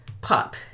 pop